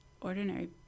ordinary